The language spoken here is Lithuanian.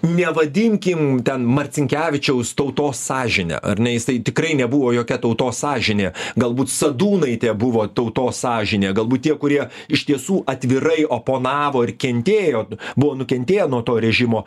nevadinkim ten marcinkevičiaus tautos sąžine ar ne jisai tikrai nebuvo jokia tautos sąžinė galbūt sadūnaitė buvo tautos sąžinė galbūt tie kurie iš tiesų atvirai oponavo ir kentėjo buvo nukentėję nuo to režimo